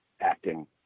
acting